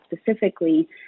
specifically